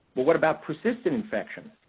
well what about persistent infection?